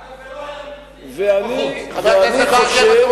אגב, זה לא היה מבפנים, זה היה מבחוץ.